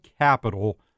Capital